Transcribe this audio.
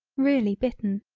really bitten.